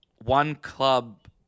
one-club